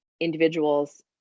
individuals